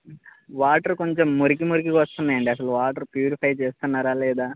water కొంచెం మురికి మురికిగా వస్తున్నాయండి అసలు వాటర్ ప్యూరిఫై చేస్తున్నారా లేదా